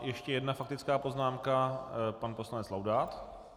Ještě jedna faktická poznámka, pan poslanec Laudát.